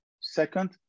second